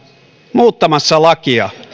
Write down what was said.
muuttamassa lakia